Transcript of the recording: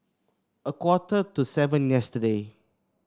a quarter to seven yesterday